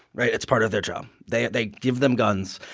right? it's part of their job. they they give them guns.